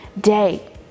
day